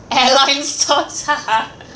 airline stocks